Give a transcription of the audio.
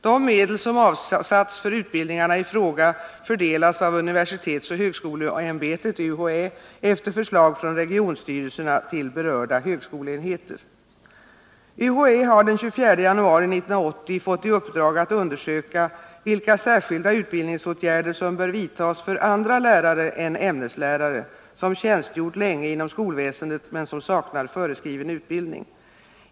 De medel som avsatts för utbildningarna i fråga fördelas av universitetsoch högskoleämbetet , efter förslag från regionstyrelserna, till berörda högskoleenheter. UHÄ har den 24 januari 1980 fått i uppdrag att undersöka vilka särskilda utbildningsåtgärder som bör vidtas för andra lärare än ämneslärare som tjänstgjort länge inom skolväsendet men som saknar föreskriven utbildning.